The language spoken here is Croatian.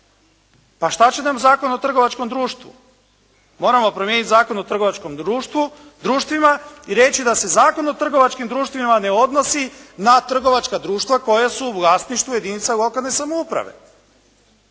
Pa što će nam Zakon o trgovačkom društvu? Moramo promijeniti Zakon o trgovačkim društvima i reći da se Zakon o trgovačkim društvima ne odnosi na trgovačka društva koja su u vlasništvu jedinica lokalne samouprave.